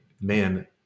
man